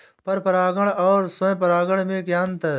पर परागण और स्वयं परागण में क्या अंतर है?